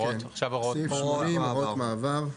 סעיף 80 הוראות מעבר.